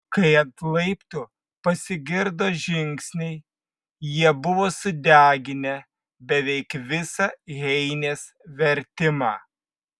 kai ant laiptų pasigirdo žingsniai jie buvo sudeginę beveik visą heinės vertimą